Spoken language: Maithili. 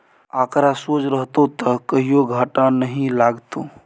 आंकड़ा सोझ रहतौ त कहियो घाटा नहि लागतौ